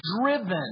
driven